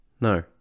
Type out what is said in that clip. No